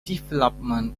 development